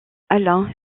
alain